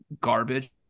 garbage